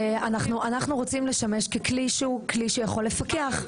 אנחנו רוצים לשמש ככלי שהוא כלי שיכול לפקח.